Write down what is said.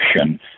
action